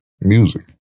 music